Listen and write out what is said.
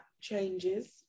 changes